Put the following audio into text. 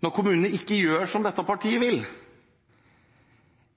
når kommunene ikke gjør som dette partiet vil,